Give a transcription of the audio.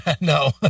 No